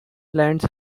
lands